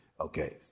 okay